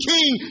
King